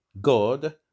God